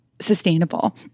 sustainable